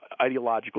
ideologically